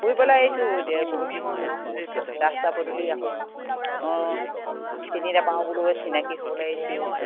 ফুৰিবলৈ আহিছোঁ এতিয়া বহুতদিন ৰাস্তা পদূলি আকৌ অঁ চিনি নাপাওঁ বোলো চিনাকি হ'বলৈ আহিছোঁ